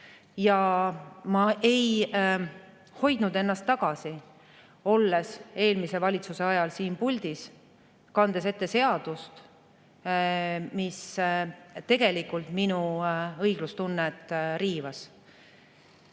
ja ma ei hoidnud ennast tagasi, olles eelmise valitsuse ajal siin puldis, kandes ette seadust, mis tegelikult minu õiglustunnet